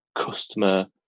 customer